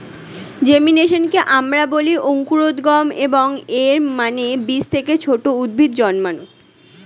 জেমিনেশনকে আমরা বলি অঙ্কুরোদ্গম, এবং এর মানে বীজ থেকে ছোট উদ্ভিদ জন্মানো